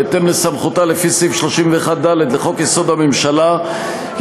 בהתאם לסמכותה לפי סעיף 31(ד) לחוק-יסוד: הממשלה,